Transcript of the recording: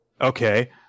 Okay